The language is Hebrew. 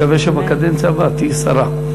נקווה שבקדנציה הבאה תהיי שרה.